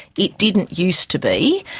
it didn't used to be,